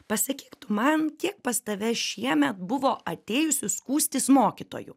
pasakyk tu man kiek pas tave šiemet buvo atėjusių skųstis mokytojų